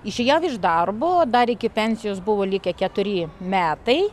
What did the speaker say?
išėjau iš darbo dar iki pensijos buvo likę keturi metai